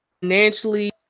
financially